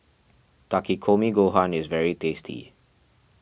Takikomi Gohan is very tasty